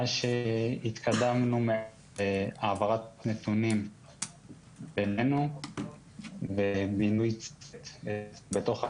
מה שהתקדמנו מאז העברת נתונים ביננו ומינוי --- בתוך הבית.